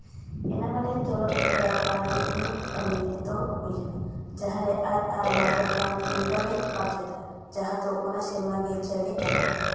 ᱮᱱᱱᱟᱵᱷᱟᱞᱮ ᱪᱚᱞᱚᱛ ᱪᱤᱛᱟᱹᱨ ᱛᱟᱞᱟᱛᱮ ᱩᱱᱤᱭᱟᱜ ᱛᱟᱹᱞᱤᱢ ᱮᱛᱚᱦᱚᱵ ᱦᱩᱭ ᱞᱮᱱᱟ ᱡᱟᱦᱟᱸ ᱨᱮ ᱟᱡ ᱟᱨ ᱢᱟᱫᱷᱚᱵᱱᱟᱜᱽ ᱩᱞᱴᱟᱹᱨᱮᱭ ᱯᱟᱨᱴ ᱞᱮᱫᱟ ᱡᱟᱦᱟᱸ ᱫᱚ ᱚᱱᱟ ᱥᱮᱨᱢᱟ ᱜᱮ ᱪᱷᱟᱹᱲ ᱮ ᱧᱟᱢ ᱞᱮᱫᱟ